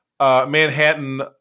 Manhattan